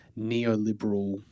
neoliberal